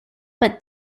but